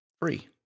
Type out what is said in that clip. free